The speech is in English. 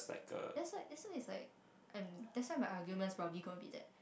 that's why that's why it's like um that's why my arguments probably gonna be that